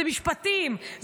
זה משפטים,